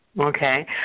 Okay